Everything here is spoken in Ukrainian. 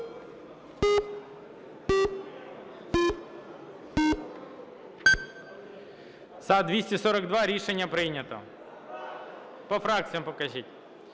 За-242 Рішення прийнято. По фракціям покажіть.